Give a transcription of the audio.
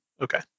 okay